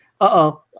uh-oh